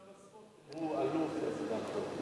גם בספורט, אם הוא אלוף, זה גם טוב.